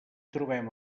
trobem